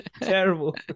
terrible